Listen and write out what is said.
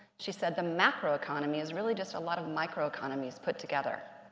she said, the macro economy is really just a lot of micro economies put together.